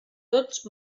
tots